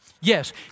Yes